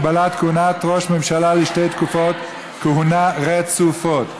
הגבלת כהונת ראש הממשלה לשתי תקופות כהונה רצופות)